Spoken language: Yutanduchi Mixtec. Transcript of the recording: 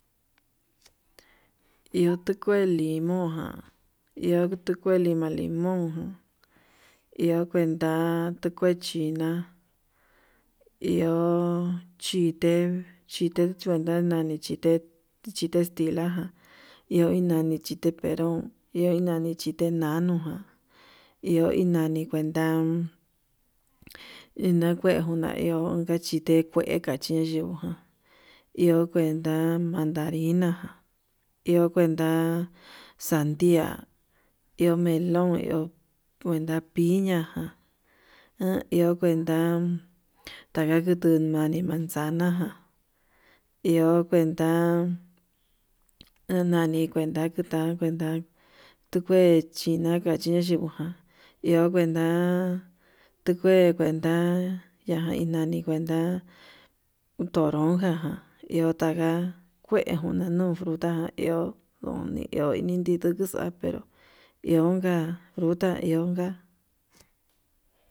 Iho tukue limón ján, iho tukue lima limón iho kuenta tu kue china iho kuenta chite nani chite, chite tixlajan iho nani chite perón iho nani chite nanu ján iho inani kuenta njuna iho unkachi te kue kachí he yuján iho kuenta mantarina iho kuenta sandia, iho melón iho kuenta piña ján iho kuenta taka nani manzana iho nani kuneta kuta kuenta tukue china, kuenta kache chingu iho kuenta tukue kuenta ya'a inani kuenta toronja ján iho taka kue kuna nuu uta'a iho oni iho nune ndutu xapero ionka fruta ionka.